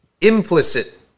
implicit